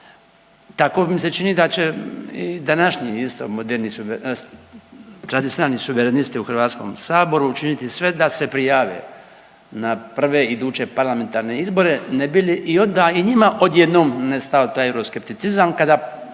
Tako mi se čini da će i današnji isto moderni, tradicionalni Suverenisti u Hrvatskom saboru učiniti sve da se prijave na prve iduće parlamentarne izbore ne bi li i onda i njima odjednom nestao taj euroskepticizam kada